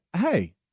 hey